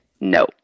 No